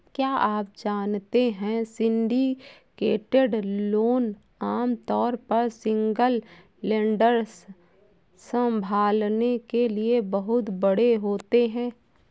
क्या आप जानते है सिंडिकेटेड लोन आमतौर पर सिंगल लेंडर संभालने के लिए बहुत बड़े होते हैं?